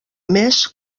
més